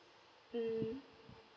mm